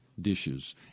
dishes